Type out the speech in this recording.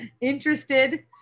Interested